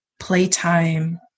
playtime